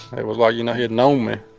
it was like, you know, he had known me.